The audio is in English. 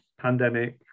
pandemic